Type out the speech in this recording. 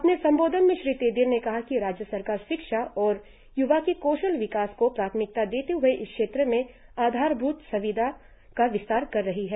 अपने संबोधन में श्री तेदिर ने कहा कि राज्य सरकार शिक्षा और युवाओं के कोशल विकास को प्राथमिकता देते हए इस क्षेत्र में आधार भूत स्विधाओं का विस्तार कर रही है